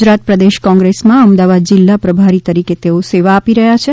ગુજરાત પ્રદેશ કોંગ્રેસમાં અમદાવાદ જિલ્લા પ્રભારી તરીકે સેવા આપી રહ્યા છે